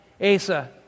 Asa